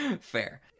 fair